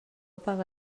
paga